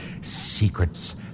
secrets